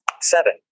seven